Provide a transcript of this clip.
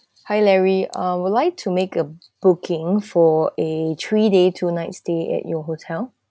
hi larry I would like to make a booking for a three day two night stay at your hotel